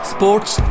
Sports